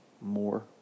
more